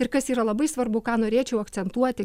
ir kas yra labai svarbu ką norėčiau akcentuoti